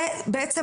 זה בעצם,